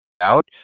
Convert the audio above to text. out